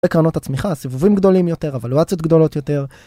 בקרנות הצמיחה סיבובים גדולים יותר אבלואציות גדולות יותר.